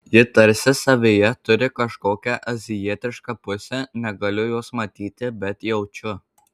ji tarsi savyje turi kažkokią azijietišką pusę negaliu jos matyti bet jaučiu